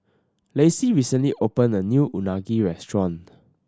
Lacey recently opened a new Unagi restaurant